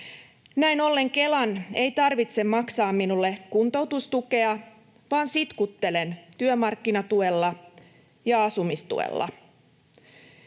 Näin ollen Kelan ei tarvitse maksaa minulle kuntoutustukea, vaan sitkuttelen työmarkkinatuella ja asumistuella.